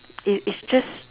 it it's just